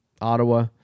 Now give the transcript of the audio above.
Ottawa